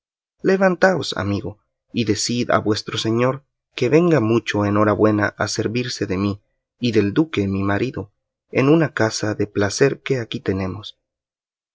hinojos levantaos amigo y decid a vuestro señor que venga mucho en hora buena a servirse de mí y del duque mi marido en una casa de placer que aquí tenemos